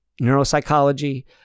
neuropsychology